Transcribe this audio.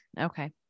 Okay